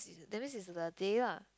that means is the day lah